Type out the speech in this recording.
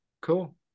Cool